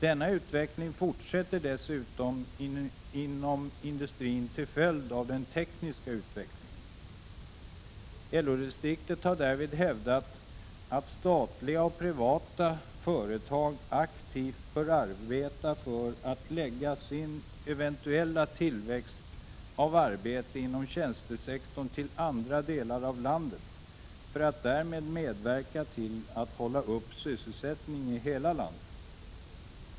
Denna utveckling fortsätter dessutom inom industrin till följd av den tekniska utvecklingen. LO-distriktet har därvid hävdat att statliga och privata företag aktivt bör arbeta för att lägga sin eventuella tillväxt av arbete inom tjänstesektorn till andra delar av landet för att därmed medverka till att hålla uppe sysselsättningen i hela landet.